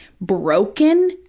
broken